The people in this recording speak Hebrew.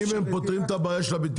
אם הם פותרים את הבעיה של הבטיחות,